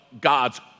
God's